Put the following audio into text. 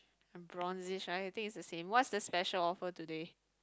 and bronzish right I think it's the same what's the special offer today